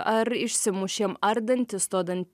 ar išsimušėm ar dantisto dan